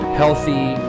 healthy